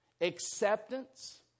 acceptance